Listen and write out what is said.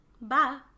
Bye